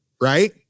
right